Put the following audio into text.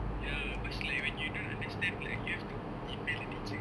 ya because like when you don't understand like you have to email the teacher